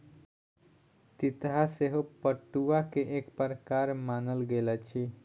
तितहा सेहो पटुआ के एक प्रकार मानल गेल अछि